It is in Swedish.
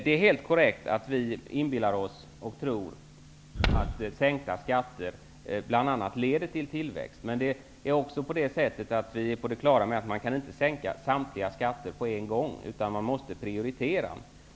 Det är helt korrekt att vi inbillar oss att sänkta skatter bl.a. leder till tillväxt. Men vi är också på det klara med att man inte kan sänka samtliga skatter på en gång. Man måste prioritera.